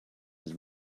his